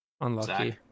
Unlucky